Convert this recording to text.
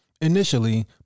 Initially